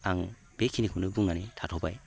आं बेखिनिखौनो बुंनानै थाथ'बाय